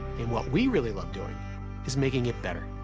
and what we really love doing is making it better.